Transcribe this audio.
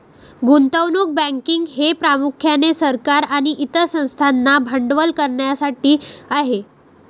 गुंतवणूक बँकिंग हे प्रामुख्याने सरकार आणि इतर संस्थांना भांडवल करण्यासाठी आहे